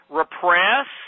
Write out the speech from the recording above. repress